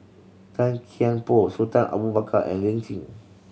Tan Kian Por Sultan Abu Bakar and Lin Chen